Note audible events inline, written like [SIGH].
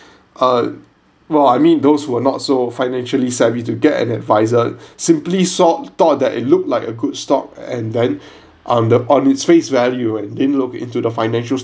uh well I mean those were not so financially savvy to get an adviser simply sought thought that it looked like a good stock and then [BREATH] uh on the on its face value it didn't look into the financials